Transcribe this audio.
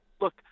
look